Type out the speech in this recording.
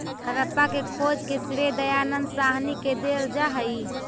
हड़प्पा के खोज के श्रेय दयानन्द साहनी के देल जा हई